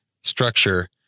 structure